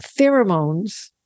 pheromones